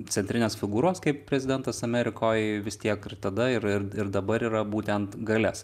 centrinės figūros kaip prezidentas amerikoj vis tiek ir tada ir ir ir dabar yra būtent galias